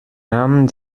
namen